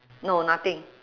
no nothing